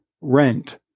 rent